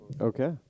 Okay